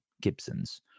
gibsons